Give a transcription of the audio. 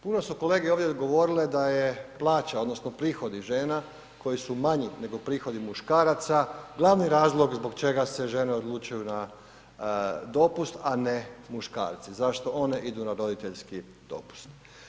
Puno su kolege ovdje govorile da je plaća odnosno prihodi žena koji su manji nego prihodi muškaraca glavni razlog zbog čega se žene odlučuju na dopust, a ne muškarci, zašto one idu na roditeljski dopust.